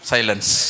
Silence